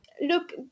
look